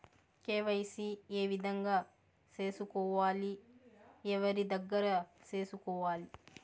KYC ఏ విధంగా సేసుకోవాలి? ఎవరి దగ్గర సేసుకోవాలి?